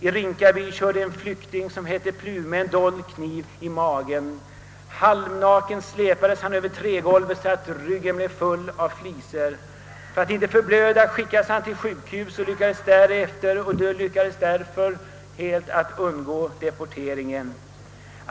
I Rinkaby körde en flykting som hette Plume en dold kniv i magen. Halvnaken släpades han över trägolvet, så att ryggen blev full av flisor. För att inte förblöda skickades han till sjukhus och lyckades därför undgå deporteringen.